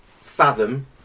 Fathom